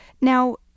Now